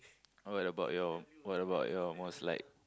what about your what about your most liked